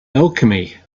alchemy